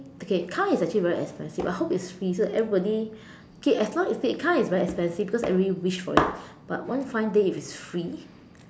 okay car is actually very expensive I hope it's free so everybody okay as what you say car is very expensive because everybody wish for it but one fine day if it's free